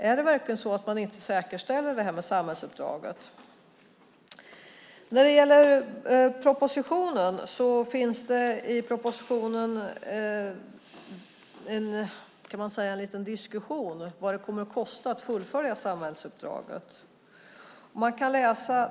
Är det verkligen så att man inte säkerställer detta med samhällsuppdraget? I propositionen finns det en liten diskussion om vad det kommer att kosta att fullfölja samhällsuppdraget.